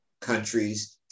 countries